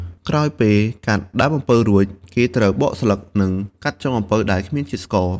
ក្រោយពេលកាត់ដើមអំពៅរួច គេត្រូវបកស្លឹក និងកាត់ចុងអំពៅដែលគ្មានជាតិស្ករ។